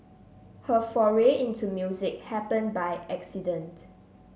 her foray into music happened by accident